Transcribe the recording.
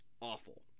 awful